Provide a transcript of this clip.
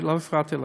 לא הפרעתי לך.